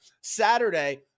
Saturday